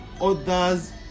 others